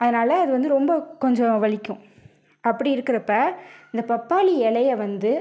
அதனால் அது வந்து ரொம்ப கொஞ்சம் வலிக்கும் அப்படி இருக்கிறப்ப இந்தப் பப்பாளி இலைய வந்து